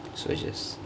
so I just